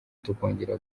tukongera